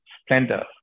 splendor